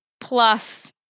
plus